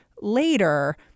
later